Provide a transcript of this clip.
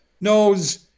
knows